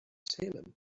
salem